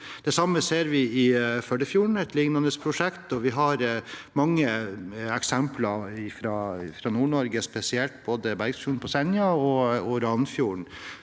Det samme ser vi i Førdefjorden, et lignende prosjekt, og vi har mange eksempler, spesielt fra Nord-Norge, både Bergsfjorden på Senja og Ranfjorden,